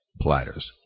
Platters